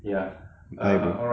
ya uh alright bye man